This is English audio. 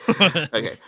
okay